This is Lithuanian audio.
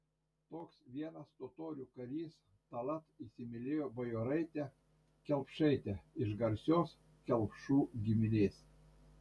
toks vienas totorių karys tallat įsimylėjo bajoraitę kelpšaitę iš garsios kelpšų giminės